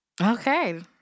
Okay